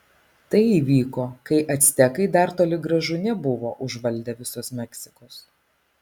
tai įvyko kai actekai dar toli gražu nebuvo užvaldę visos meksikos